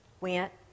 went